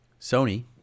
Sony